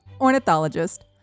ornithologist